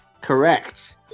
correct